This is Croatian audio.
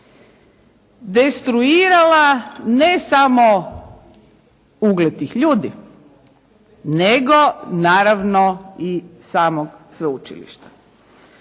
destruirala ne samo uglednih ljudi nego naravno i samog sveučilišta.